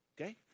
Okay